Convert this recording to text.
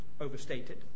overstated